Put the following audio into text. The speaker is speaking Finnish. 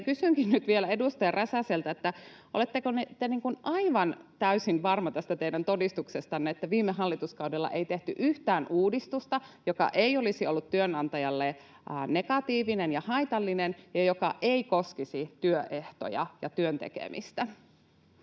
kysynkin nyt vielä edustaja Räsäseltä: oletteko te aivan täysin varma tästä teidän todistuksestanne, että viime hallituskaudella ei tehty yhtään uudistusta, joka olisi ollut työnantajalle negatiivinen ja haitallinen ja joka olisi koskenut työehtoja ja työn tekemistä?